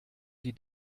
die